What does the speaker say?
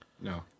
No